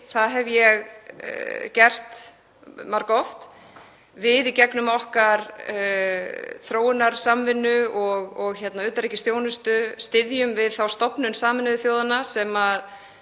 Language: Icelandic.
Það hef ég gert margoft. Við, í gegnum okkar þróunarsamvinnu og utanríkisþjónustu, styðjum við þá stofnun Sameinuðu þjóðanna sem er